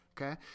Okay